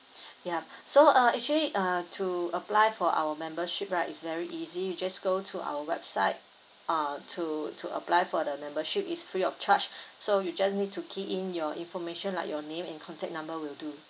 ya so uh actually uh to apply for our membership right is very easy you just go to our website ah to to apply for the membership is free of charge so you just need to key in your information like your name and contact number will do